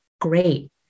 Great